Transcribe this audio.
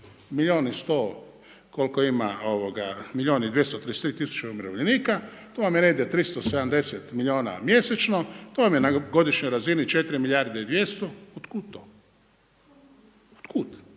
milijun i 100 koliko ima, milijun i 233 tisuće umirovljenika to vam je negdje 370 milijuna mjesečno. To vam je na godišnjoj razini 4 milijarde i 200, od kuda to? Od kud?